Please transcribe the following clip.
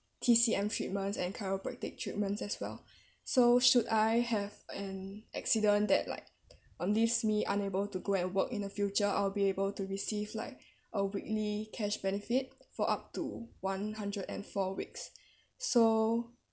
T_C_M treatments and chiropractic treatments as well so should I have an accident that like um leaves me unable to go and work in the future I'll be able to receive like a weekly cash benefit for up to one hundred and four weeks so